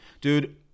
Dude